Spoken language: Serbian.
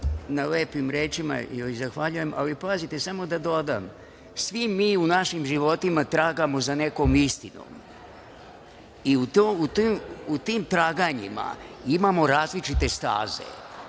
na lepim rečima joj zahvaljujem. Ali, pazite samo da dodam, svi mi u našim životima tragamo za nekom istinom i u tim traganjima imamo različite staze.